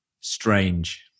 strange